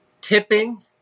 tipping